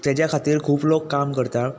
ताज्या खातीर खूब लोग काम करता